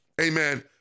Amen